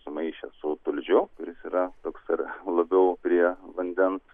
sumaišė su tulžiu kuris yra toks ir labiau prie vandens